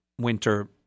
winter